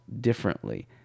differently